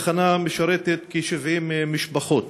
התחנה משרתת כ-70 משפחות.